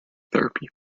therapy